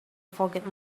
forget